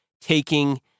taking